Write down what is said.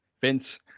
Vince